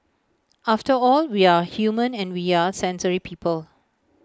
after all we are human and we are sensory people